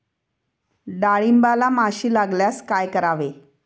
डाळींबाला माशी लागल्यास काय करावे?